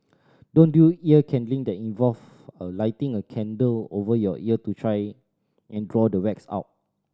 don't do ear candling that involve a lighting a candle over your ear to try and draw the wax out